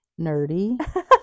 nerdy